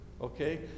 okay